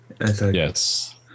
Yes